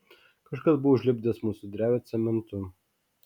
kažkas buvo užlipdęs mūsų drevę cementu